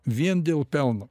vien dėl pelno